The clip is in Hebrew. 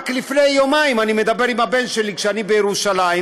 רק לפני יומיים אני מדבר עם הבן שלי כשאני בירושלים,